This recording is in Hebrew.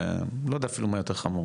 לא יודע אפילו מה יותר חמור